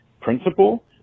principal